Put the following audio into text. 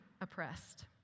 oppressed